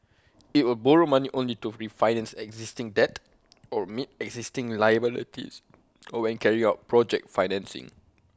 IT will borrow money only to refinance existing debt or meet existing liabilities or when carrying out project financing